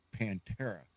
Pantera